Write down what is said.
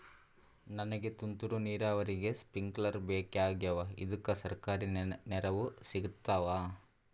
ನನಗ ತುಂತೂರು ನೀರಾವರಿಗೆ ಸ್ಪಿಂಕ್ಲರ ಬೇಕಾಗ್ಯಾವ ಇದುಕ ಸರ್ಕಾರಿ ನೆರವು ಸಿಗತ್ತಾವ?